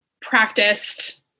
practiced